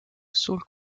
sul